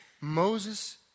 Moses